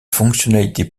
fonctionnalités